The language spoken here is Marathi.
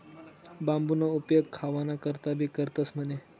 बांबूना उपेग खावाना करता भी करतंस म्हणे